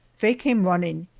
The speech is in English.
faye came running,